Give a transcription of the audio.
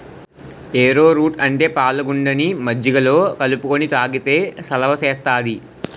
ఏరో route అంటే పాలగుండని మజ్జిగలో కలుపుకొని తాగితే సలవ సేత్తాది